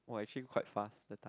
!wah! actually quite fast that time